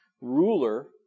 ruler